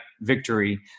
victory